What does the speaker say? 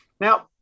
Now